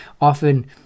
often